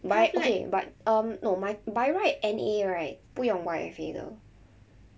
my okay but um no my by right N_E_A right 不用 Y_F_A 的